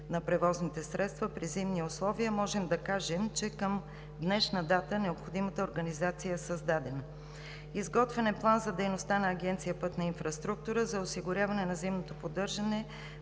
на превозните средства при зимни условия, можем да кажем, че към днешна дата необходимата организация е създадена. Изготвен е План за дейността на Агенция „Пътна инфраструктура“ за осигуряване на зимното поддържане